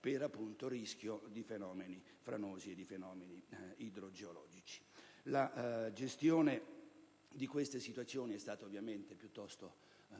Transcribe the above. per rischio di fenomeni franosi idrogeologici. La gestione di queste situazioni è stata ovviamente piuttosto